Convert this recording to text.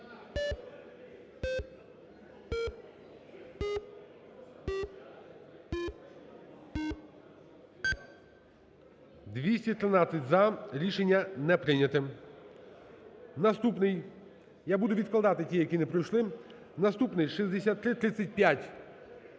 За-213 Рішення не прийнято. Наступний… Я буду відкладати ті, які не пройшли. Наступний – 6335.